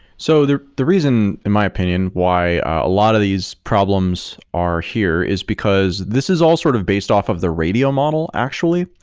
so the the reason in my opinion why a lot of these problems are here is because this is all sort of based off of the radio model actually.